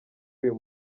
uyu